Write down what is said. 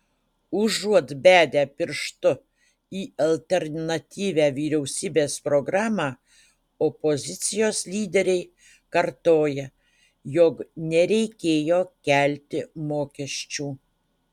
užuot bedę pirštu į alternatyvią vyriausybės programą opozicijos lyderiai kartoja jog nereikėjo kelti mokesčių